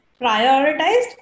prioritized